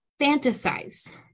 fantasize